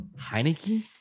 Heineken